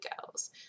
girls